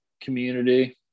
community